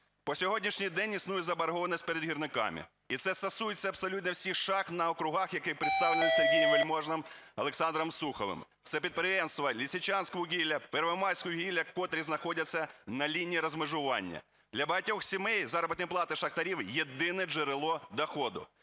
по сьогоднішній день існує заборгованість перед гірниками, і це стосується абсолютно всіх шахт на округах, які представлені Сергієм Вельможним, Олександром Суховим. Це підприємства "Лисичанськвугілля", "Первомайськвугілля", котрі знаходяться на лінії розмежування. Для багатьох сімей заробітні плати шахтарів – єдине джерело доходу.